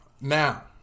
Now